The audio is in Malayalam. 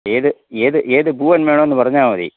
ഏത് ഏത് ഏത് പൂവൻ വേണമെന്ന് പറഞ്ഞാല് മതി